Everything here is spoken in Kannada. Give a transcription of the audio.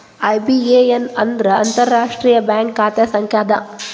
ಐ.ಬಿ.ಎ.ಎನ್ ಅಂದ್ರ ಅಂತಾರಾಷ್ಟ್ರೇಯ ಬ್ಯಾಂಕ್ ಖಾತೆ ಸಂಖ್ಯಾ ಅದ